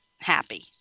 happy